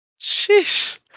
Sheesh